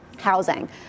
housing